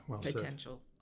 potential